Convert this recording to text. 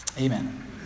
amen